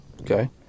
Okay